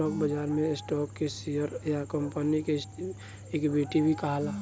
stock बाजार में stock के शेयर या कंपनी के इक्विटी भी कहाला